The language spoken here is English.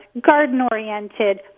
garden-oriented